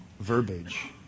verbiage